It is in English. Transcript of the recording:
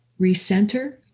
recenter